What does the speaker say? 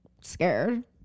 scared